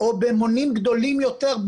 או במונים גדולים יותר,